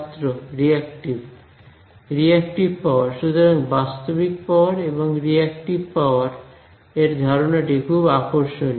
ছাত্র reactive reactive power সুতরাং বাস্তবিক পাওয়ার এবং রিয়াক্টিভ পাওয়ার এর ধারণাটি খুব আকর্ষণীয়